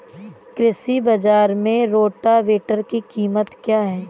कृषि बाजार में रोटावेटर की कीमत क्या है?